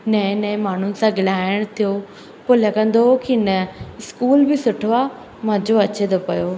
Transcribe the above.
नए नए माण्हुनि सां ॻाल्हाइण थियो पोइ लॻंदो हुओ की न स्कूल बि सुठो आहे मज़ो अचे थो पियो